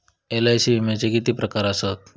LIC विम्याचे किती प्रकार आसत?